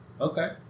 Okay